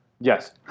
Yes